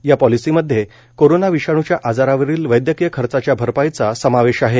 या पॉलिसीमध्ये करोना विषाणूच्या आजारावरील वैद्यकीय खर्चाच्या भरपाईचा समावेश आहे